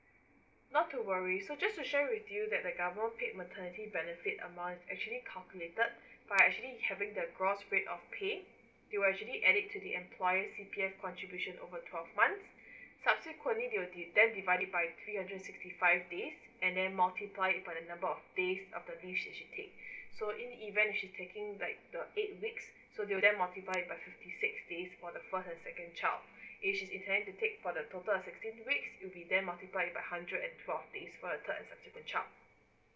not to worry so just to share with you that the government paid maternity benefit amount is actually calculated but actually having the gross weight of paid it will actually add it to the employee C_P_F contribution over twelve months subsequently they will de~ then divide it by three hundred sixty five days and then multiply it by the number days she takes so in the event she's taking like the eighth week so there will then multiply it by thirty six days for the first and the second child if she is intending to take for the total of sixteen week will be then multiply it by hundred and twelve days for the third and subsequent child